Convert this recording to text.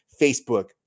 Facebook